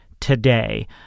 today